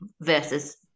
versus